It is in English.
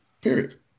Period